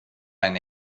ein